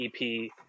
EP